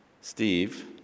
Steve